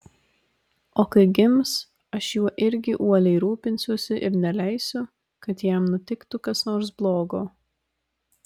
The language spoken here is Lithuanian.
o kai gims aš juo irgi uoliai rūpinsiuosi ir neleisiu kad jam nutiktų kas nors blogo